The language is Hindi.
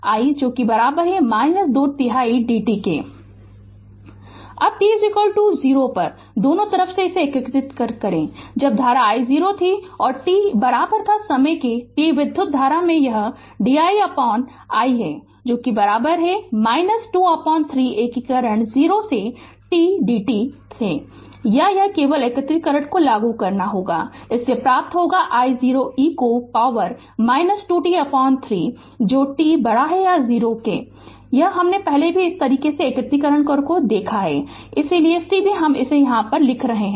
Refer Slide Time 1721 अब t 0 पर दोनों तरफ से एकीकृत करें जब धारा I0 था और t समय t विधुत धारा में यह di i 2 3 एकीकरण 0 से t dt था या यह केवल एकीकरण लागू होगा इससे प्राप्त होगा I0 e को power 2 t 3 जो t 0 के लिए है यह हमने पहले भी इस तरह का एकीकरण देखा है इसलिए सीधे हम इसे लिख रहे हैं